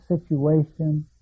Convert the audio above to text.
situation